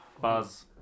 Buzz